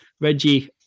Reggie